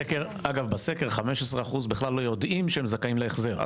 בסקר 15% בכלל לא יודעים שהם זכאים להחזר,